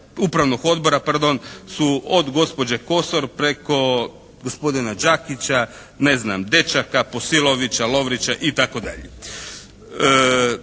Upravnog odbora pardon su od gospođe Kosor preko gospodina Đakića, ne znam Dečaka, Posilovića, Lovrića itd.